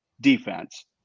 defense